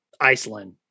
Iceland